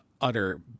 utter